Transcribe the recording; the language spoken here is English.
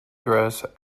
dress